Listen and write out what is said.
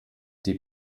die